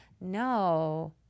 No